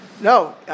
No